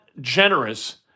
generous